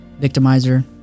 victimizer